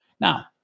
Now